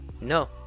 No